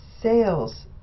sales